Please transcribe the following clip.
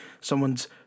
Someone's